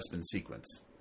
sequence